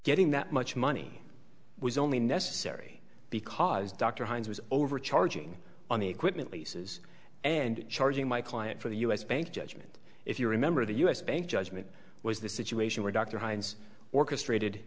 getting that much money was only necessary because dr heinz was overcharging on the equipment leases and charging my client for the u s bank judgment if you remember the u s bank judgment was the situation where dr heinz orchestrated